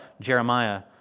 Jeremiah